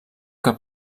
que